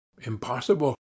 Impossible